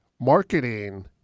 marketing